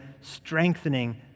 strengthening